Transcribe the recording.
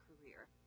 career